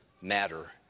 Matter